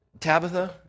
Tabitha